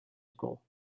school